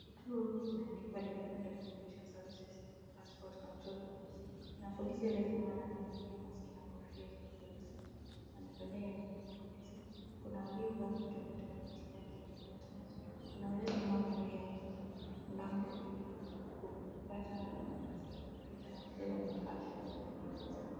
Kituo kimeandikwa Department Of Immigration Services Passport Control Office .Na polisi huko nyuma amevalia mask na kofia cha polisi amevalia uniform ya polisi na kuna wale waliovaa kutoletwa kwenye hiyo department na kuna walio nyuma kando ya mlango ilikupata nafasi ya kupita na aliye bahasha na amevalia mask .